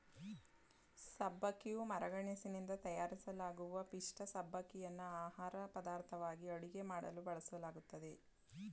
ಸಬ್ಬಕ್ಕಿಯು ಮರಗೆಣಸಿನಿಂದ ತಯಾರಿಸಲಾಗುವ ಪಿಷ್ಠ ಸಬ್ಬಕ್ಕಿಯನ್ನು ಆಹಾರಪದಾರ್ಥವಾಗಿ ಅಡುಗೆ ಮಾಡಲು ಬಳಸಲಾಗ್ತದೆ